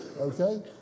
Okay